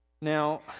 Now